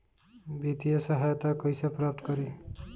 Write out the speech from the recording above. वित्तीय सहायता कइसे प्राप्त करी?